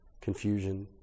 confusion